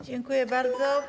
Dziękuję bardzo.